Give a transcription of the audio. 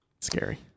Scary